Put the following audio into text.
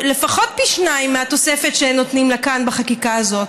לפחות פי שניים מהתוספת שנותנים כאן בחקיקה הזאת.